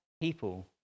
people